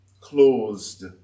closed